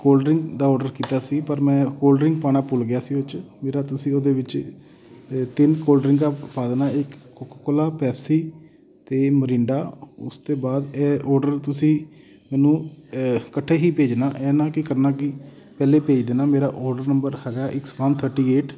cold drink ਦਾ order ਕੀਤਾ ਸੀ ਪਰ ਮੈਂ ਕੋਲਡ ਡਰਿੰਕ ਪਾਉਣਾ ਭੁੱਲ ਗਿਆ ਸੀ ਉਹ 'ਚ ਮੇਰਾ ਤੁਸੀਂ ਉਹਦੇ ਵਿੱਚ ਤਿੰਨ ਕੋਲਡ ਡਰਿੰਕਾਂ ਪਾ ਦੇਣਾ ਇੱਕ ਕੋਕਾ ਕੋਲਾ ਪੈਪਸੀ ਅਤੇ ਮੌਰਿੰਡਾ ਉਸ ਤੋਂ ਬਾਅਦ ਇਹ ਔਡਰ ਤੁਸੀਂ ਮੈਨੂੰ ਇਕੱਠੇ ਹੀ ਭੇਜਣਾ ਇਹ ਨਾ ਕਿ ਕਰਨਾ ਕਿ ਪਹਿਲੇ ਭੇਜ ਦੇਣਾ ਮੇਰਾ ਔਡਰ ਨੰਬਰ ਹੈਗਾ ਇਟਸ ਵਨ ਥਰਟੀ ਏਟ